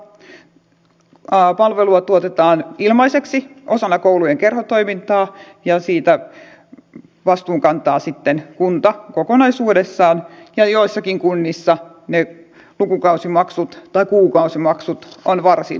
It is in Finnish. joissakin kunnissa palvelua tuotetaan ilmaiseksi osana koulujen kerhotoimintaa ja siitä vastuun kantaa sitten kunta kokonaisuudessaan ja joissakin kunnissa ne lukukausimaksut tai kuukausimaksut ovat varsin suuria